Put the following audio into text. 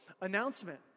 announcement